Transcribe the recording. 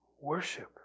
worship